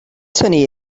tynnu